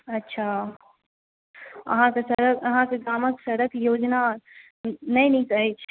अच्छा अहाँके सड़क अहाँके गामक सड़क योजना नहि नीक अछि